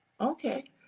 Okay